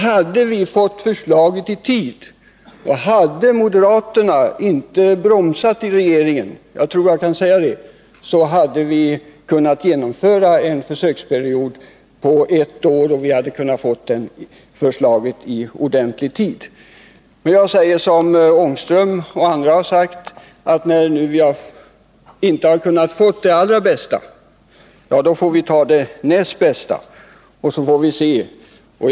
Hade vi fått det förslaget i tid och hade moderaterna i regeringen inte bromsat, tror jag att vi hade kunnat genomföra en försöksperiod på ett år, eftersom vi då hade kunnat få fram förslaget i god tid. Men jag får säga som Rune Ångström och andra här, att när vi inte har kunnat få det allra bästa så får vi nöja oss med det näst bästa.